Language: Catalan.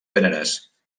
gèneres